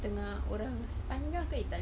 setengah orang spain ke italy